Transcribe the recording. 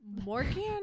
Morgan